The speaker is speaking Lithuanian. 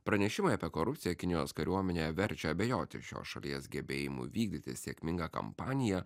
pranešimai apie korupciją kinijos kariuomenėje verčia abejoti šios šalies gebėjimu vykdyti sėkmingą kampaniją